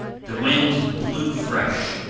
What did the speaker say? the wind blew fresh,